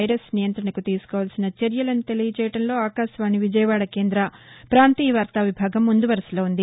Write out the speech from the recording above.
virus నియంత్రణకు తీసుకోవల్సిన చర్యలను తెలియజేయడంలో ఆకాశవాణి విజయవాడ కేంద ప్రాంతీయ వార్తా విభాగం ముందు వరసలో ఉంది